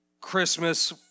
Christmas